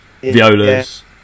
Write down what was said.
violas